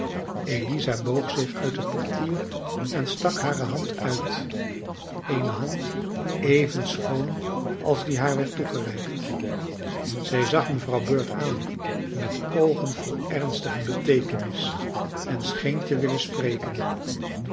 eliza boog zich uit het portier en stak hare hand uit eene hand even schoon als die haar werd toegereikt zij zag mevrouw bird aan met oogen vol ernstige beteekenis en scheen te willen spreken